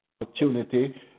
opportunity